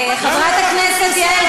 למה לא עד הסוף?